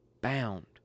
bound